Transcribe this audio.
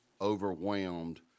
overwhelmed